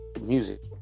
music